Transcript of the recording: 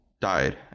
died